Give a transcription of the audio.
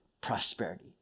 prosperity